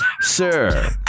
Sir